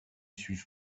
suive